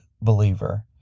believer